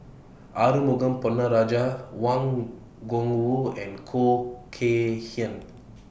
Arumugam Ponnu Rajah Wang Gungwu and Khoo Kay Hian